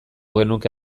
genuke